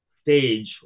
stage